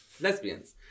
lesbians